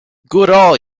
goodall